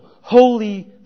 holy